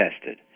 tested